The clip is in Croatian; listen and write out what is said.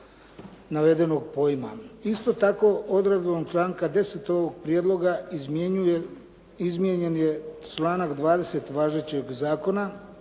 navedenog pojma. Isto tako odredbom članka 10. ovog prijedloga izmijenjen je članak 20. važećeg zakona,